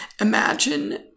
Imagine